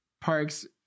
parks